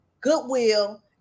goodwill